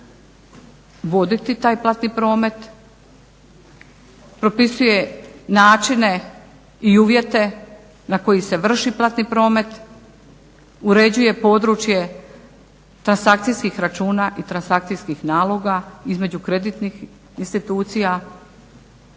voditi taj platni promet, propisuje načine i uvjete na koji se vrši platni promet, uređuje područje transakcijskih računa i transakcijskih naloga između kreditnih institucija,